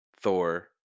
Thor